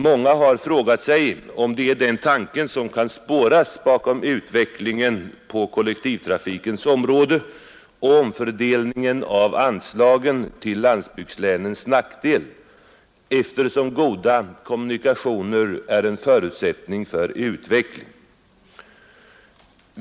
Många har frågat sig, om det är den tanken som kan spåras bakom utvecklingen på kollektivtrafikens område och omfördelningen av anslagen till landsbygdslänens nackdel, eftersom goda kommunikationer är en förutsättning för utveckling.